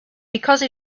because